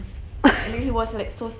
dia mesti tak jaga betul-betul is it